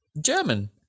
German